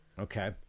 Okay